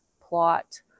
plot